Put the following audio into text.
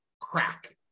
crack